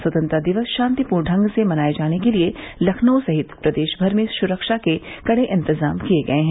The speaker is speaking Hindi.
स्वतंत्रता दिवस शांतिपूर्ण ढंग से मनाये जाने के लिये लखनऊ सहित प्रदेशभर में सुरक्षा के कड़े इंतजाम किये गये हैं